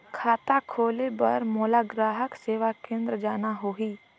खाता खोले बार मोला ग्राहक सेवा केंद्र जाना होही?